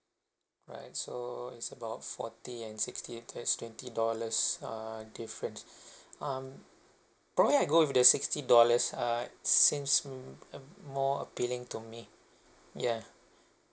right so it's about forty and sixty that's twenty dollars uh difference um probably I'll go with the sixty dollars err since mm um more appealing to me yeah